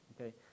okay